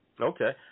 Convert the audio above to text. Okay